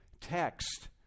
text